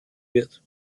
wird